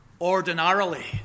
ordinarily